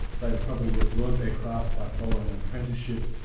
they probably will have learnt their craft by following an apprenticeship,